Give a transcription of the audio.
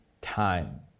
time